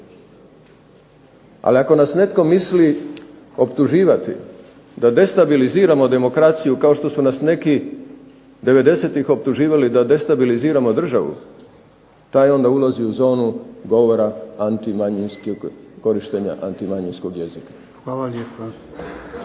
Ali, ako nas netko misli optuživati da destabiliziramo demokraciju kao što su nas neki '90-ih optuživali da destabiliziramo državu taj onda ulazi u zonu govora antimanjinskog, korištenja antimanjiskog jezika. **Jarnjak,